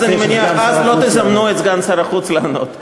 אז, אני מניח, לא תזמנו את סגן שר החוץ לענות.